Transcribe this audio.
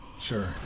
Sure